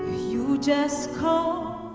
you just call